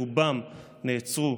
ברובם נעצרו.